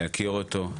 להכיר אותו,